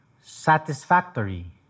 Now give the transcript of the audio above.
satisfactory